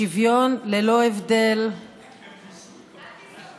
שוויון ללא הבדל, אל תיסחפי.